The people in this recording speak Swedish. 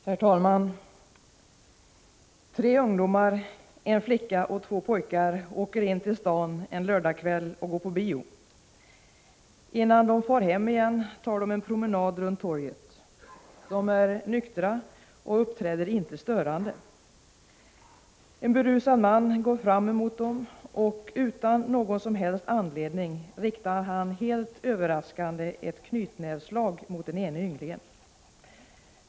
Herr talman! Tre ungdomar, en flicka och två pojkar, åker in till stan en lördagkväll och går på bio. Innan de far hem igen tar de en promenad runt torget. De är nyktra och uppträder inte störande. En berusad man går fram emot dem, och utan någon som helst anledning riktar han helt överraskande ett knytnävsslag mot den ene ynglingen.